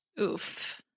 Oof